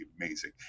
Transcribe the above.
amazing